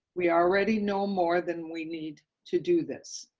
we already know more than we need to do this.